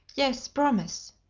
yes promise!